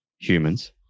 humans